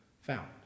found